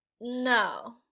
No